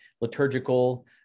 liturgical